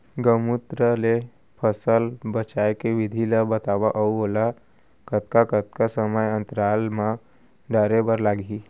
गौमूत्र ले फसल बचाए के विधि ला बतावव अऊ ओला कतका कतका समय अंतराल मा डाले बर लागही?